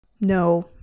no